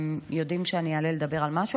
הם יודעים שאני אעלה לדבר על משהו,